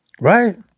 right